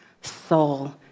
soul